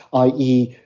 i e,